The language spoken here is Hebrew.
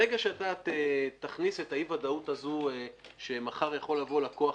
ברגע שתכניס את האי ודאות הזו שמחר יכול לבוא לקוח